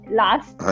last